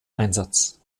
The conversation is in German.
einsatz